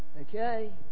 Okay